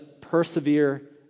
persevere